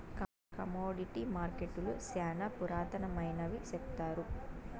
commodity మార్కెట్టులు శ్యానా పురాతనమైనవి సెప్తారు